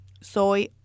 soy